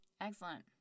Excellent